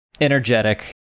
energetic